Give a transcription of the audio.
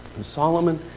Solomon